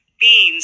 beans